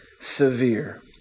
severe